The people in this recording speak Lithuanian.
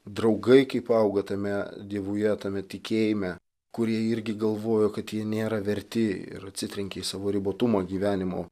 draugai kaip auga tame dievuje tame tikėjime kurie irgi galvojo kad jie nėra verti ir atsitrenkė į savo ribotumą gyvenimo